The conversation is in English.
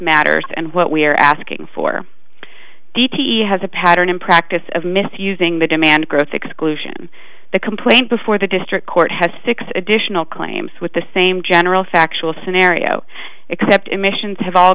matters and what we are asking for d t has a pattern and practice of misusing the demand growth exclusion the complaint before the district court has six additional claims with the same general factual scenario except emissions have all